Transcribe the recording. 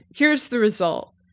here's the result.